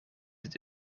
het